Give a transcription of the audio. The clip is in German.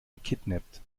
gekidnappt